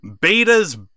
Beta's